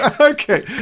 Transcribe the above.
Okay